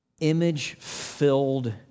image-filled